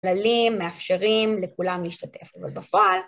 כללים מאפשרים לכולם להשתתף, אבל בפועל.